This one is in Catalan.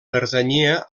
pertanyia